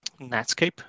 Netscape